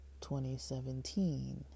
2017